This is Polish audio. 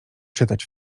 czytać